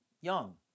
young